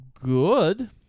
good